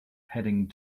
heading